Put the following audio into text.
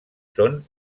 són